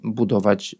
budować